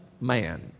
man